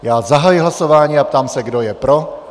Já zahajuji hlasování a ptám se, kdo je pro.